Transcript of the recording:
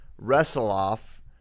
wrestle-off